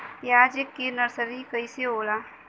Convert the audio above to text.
प्याज के नर्सरी कइसे होला?